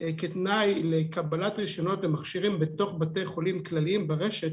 כתנאי לקבלת רישיונות למכשירים בתוך בתי חולים כלליים ברשת